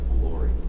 glory